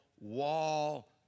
wall